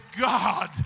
God